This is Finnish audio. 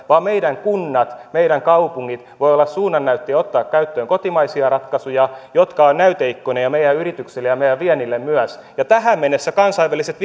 vaan meidän kunnat ja meidän kaupungit voivat olla suunnannäyttäjiä ottaa käyttöön kotimaisia ratkaisuja jotka ovat näyteikkunoita meidän yrityksille ja meidän viennille myös tähän mennessä kansainväliset